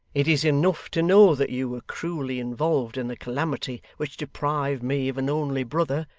it is enough to know that you were cruelly involved in the calamity which deprived me of an only brother,